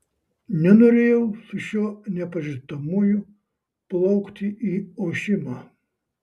nenorėjau su šiuo nepažįstamuoju plaukti į ošimą